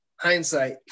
Hindsight